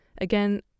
Again